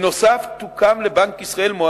קולו כפול.